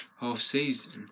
half-season